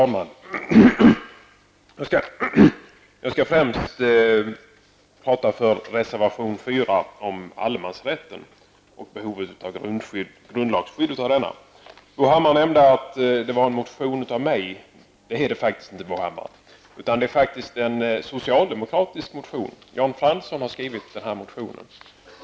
Fru talman! Jag skall främst prata för reservation 4, som handlar om allemansrätten och behovet av grundlagsskydd för denna. Bo Hammar nämnde att det var en motion av mig. Det är det faktiskt inte, Bo Hammar, utan det är en socialdemokratisk motion. Jan Fransson har skrivit den här motionen.